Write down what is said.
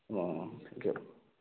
ꯑꯣ ꯊꯦꯡꯀꯤꯌꯨ